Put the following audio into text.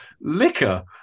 liquor